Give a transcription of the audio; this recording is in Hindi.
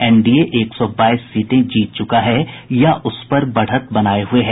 एनडीए एक सौ बाईस सीटें जीत चुका है या उसपर बढ़त बनाये हुए हैं